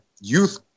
youth